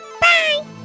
bye